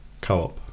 Co-op